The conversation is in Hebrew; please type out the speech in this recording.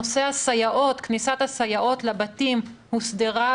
נושא כניסת הסייעות לבתים הוסדר.